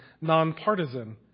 non-partisan